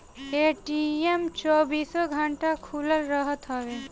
ATM चौबीसो घंटा खुलल रहत हवे